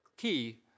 Key